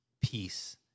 peace